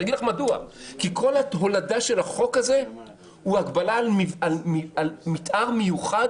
כי כל ההולדה של החוק הזה היא מתאר מיוחד